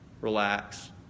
relax